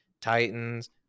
titans